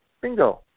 bingo